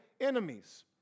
enemies